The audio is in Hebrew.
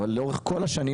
אבל לאורך השנים